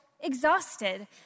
exhausted